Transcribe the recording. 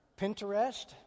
Pinterest